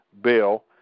bill